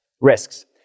risks